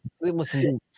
Listen